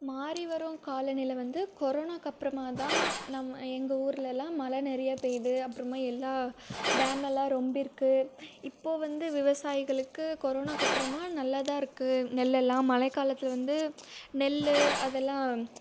மாறி வரும் கால நிலை வந்து கொரோனாக்கு அப்புறமா தான் நம் எங்கள் ஊர்லலாம் மழை நிறையா பெய்யுது அப்புறமா எல்லா டேம் எல்லாம் நொம்பி இருக்குது இப்போது வந்து விவசாயிகளுக்கு கொரோனாக்கு அப்புறமா நல்லா தான் இருக்குது நெல்லெல்லாம் மழை காலத்தில் வந்து நெல் அதெல்லாம்